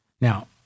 Now